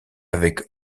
avec